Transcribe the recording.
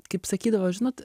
kaip sakydavo žinot